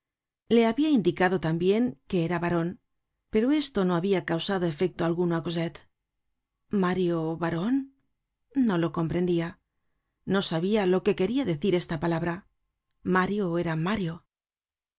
le habia indicado tambien que era baron pero esto no habia causado efecto alguno á cosette mario baron no lo comprendia no sabia lo que queria decir esta palabra mario era mario